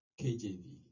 KJV